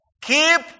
keep